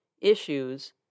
Issues